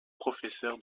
professeur